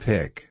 Pick